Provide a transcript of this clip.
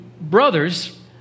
brothers